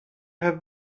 have